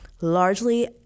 largely